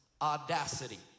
audacity